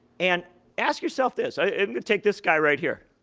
and ask yourself this. i'm going to take this guy right here.